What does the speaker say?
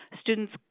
students